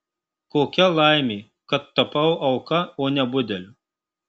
kokia laimė kad tapau auka o ne budeliu